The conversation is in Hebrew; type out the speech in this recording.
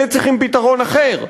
אלה צריכים פתרון אחר.